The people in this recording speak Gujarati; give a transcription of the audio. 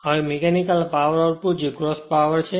હવે મીકેનિકલ પાવર આઉટપુટ જે ગ્રોસ પાવર છે